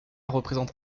représente